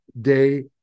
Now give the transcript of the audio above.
day